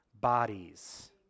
bodies